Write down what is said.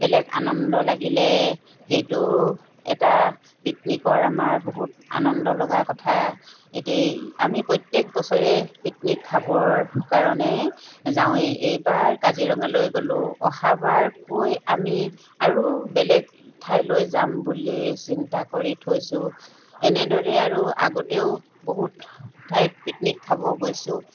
বেলেগ আনন্দ লাগিলে সেইটোও এটা পিকনিকৰ আমাৰ বহুত আনন্দ লগা কথা এতিয়া আমি প্ৰত্যেক বছৰে পিকনিক খাবৰ কাৰণে যাওঁৱেই এইবাৰ কাজিৰঙালৈ গ'লোঁ অহাবাৰকৈ আমি আৰু বেলেগ ঠাইলৈ যাম বুলি চিন্তা কৰি থৈছোঁ এনেদৰেই আৰু আগতেও বহুত ঠাইত পিকনিক খাব গৈছোঁ